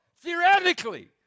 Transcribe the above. theoretically